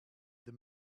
the